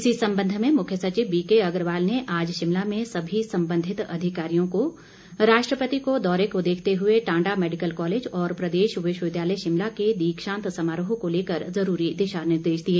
इसी संबंध में मुख्य सचिव वीके अग्रवाल ने आज शिमला में सभी संबंधित अधिकारियों को राष्ट्रपति को दौरे को देखते हुए टांडा मैडिकल कॉलेज और प्रदेश विश्वविद्यालय शिमला के दीक्षांत समारोह को लेकर जरूरी दिशा निर्देश दिए